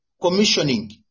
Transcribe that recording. commissioning